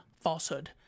falsehood